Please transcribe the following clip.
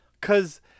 Cause